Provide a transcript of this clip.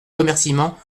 remerciements